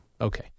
Okay